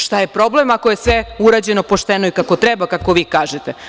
Šta je problem ako je sve urađeno pošteno i kako treba, kako vi kažete.